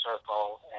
circle